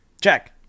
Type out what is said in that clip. Check